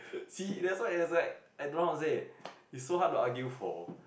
see that's why it's like I don't know how to say it's so hard to argue for